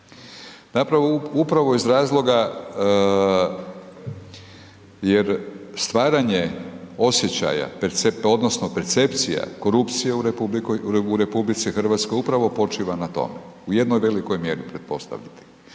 upravo iz razloga jer stvaranje osjećaja, odnosno percepcija korupcije u RH upravo počiva na tome, u jednoj velikoj mjeri, pretpostavljate.